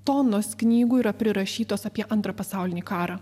tonos knygų yra prirašytos apie antrą pasaulinį karą